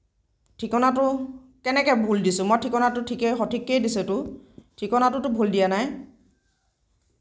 ঠিকনাটো কেনেকৈ ভুল দিছোঁ মই ঠিকনাটো ঠিকেই সঠিককেই দিছোটো ঠিকনাটোতো ভুল দিয়া নাই